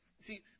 See